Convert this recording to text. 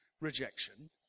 rejection